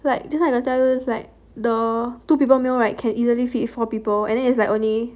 like just now like I never tell you is like the two people meal right can easily feed four people and then it's like only